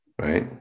Right